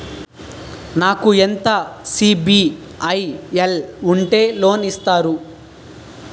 నాకు ఎంత సిబిఐఎల్ ఉంటే లోన్ ఇస్తారు?